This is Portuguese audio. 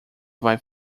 vai